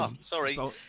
sorry